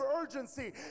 urgency